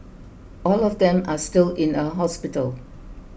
all of them are still in a hospital